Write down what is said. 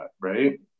right